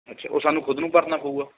ਅੱਛਾ ਉਹ ਸਾਨੂੰ ਖੁਦ ਨੂੰ ਭਰਨਾ ਪਊਗਾ